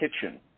kitchen